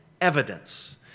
evidence